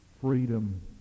freedom